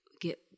get